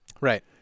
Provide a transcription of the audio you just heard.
Right